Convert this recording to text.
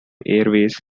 airways